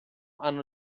hanno